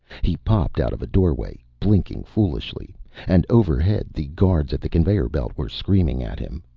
he popped out of a doorway, blinking foolishly and overhead the guards at the conveyor belt were screaming at him.